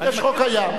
יש חוק קיים,